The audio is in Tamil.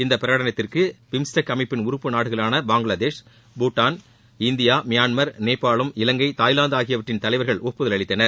இந்த பிரகடனத்திற்கு பிம்ஸ்டெக் அமைப்பின் உறுப்பு நாடுகளான பங்களாதேஷ் பூட்டாள் இந்தியா மியான்மர் நேபாளம் இலங்கை தாய்லாந்து ஆகியவற்றின் தலைவர்கள ஒப்புதல் அளித்தனர்